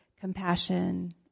Compassion